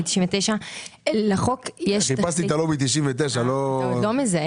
99 -- חיפשתי את לובי 99. אתה לא מזהה?